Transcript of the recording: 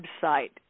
website